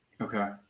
Okay